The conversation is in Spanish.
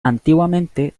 antiguamente